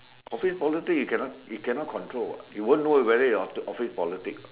office politics you cannot you cannot control what you won't know whether you have office politics what